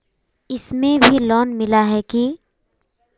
इसमें भी लोन मिला है की